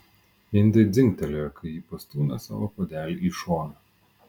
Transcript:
indai dzingtelėjo kai ji pastūmė savo puodelį į šoną